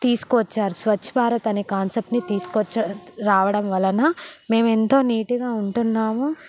తీసుకువచ్చారు స్వచ్చభారత్ అనే కాన్సెప్ట్ని తీసుకొచ్చారు రావడం వలన మేము ఎంతో నీట్గా ఉంటున్నాము